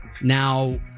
Now